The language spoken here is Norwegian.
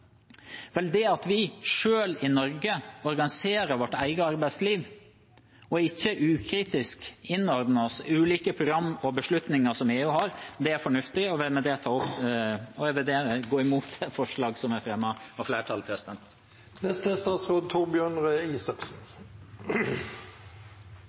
det at vi i Norge selv organiserer vårt eget arbeidsliv og ikke ukritisk innordner oss ulike programmer og beslutninger som EU har, det er fornuftig. Jeg vil med det si at jeg er imot de forslagene som er fremmet av flertallet.